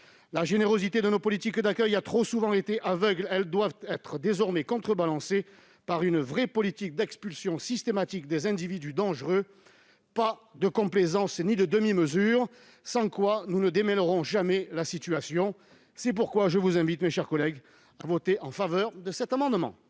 La générosité de nos politiques d'accueil a trop souvent été aveugle. Elle doit désormais être contrebalancée par une véritable politique d'expulsion systématique des individus dangereux. Ni complaisance ni demi-mesures, sans quoi nous ne démêlerons jamais la situation ! C'est pourquoi je vous invite, mes chers collègues, à voter en faveur de cet amendement.